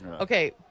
Okay